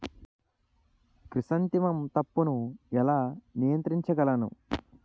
Chrysanthemum తప్పును ఎలా నియంత్రించగలను?